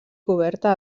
coberta